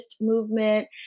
movement